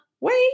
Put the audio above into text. Wait